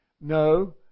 No